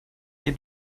ihr